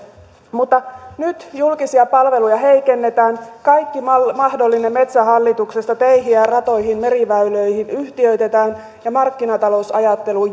mutta nyt julkisia palveluja heikennetään kaikki mahdollinen metsähallituksesta teihin ja ratoihin meriväyliin yhtiöitetään ja markkinatalousajattelu